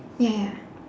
ya